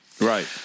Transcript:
Right